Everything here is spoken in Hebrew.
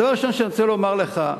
הדבר הראשון שאני רוצה לומר לך,